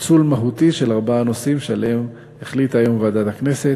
פיצול מהותי של ארבעה נושאים שעליהם החליטה היום ועדת הכנסת.